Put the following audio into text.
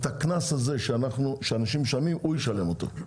את הקנס הזה שאנשים משלמים, הוא ישלם אותו.